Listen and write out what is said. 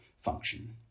function